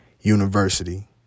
university